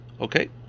Okay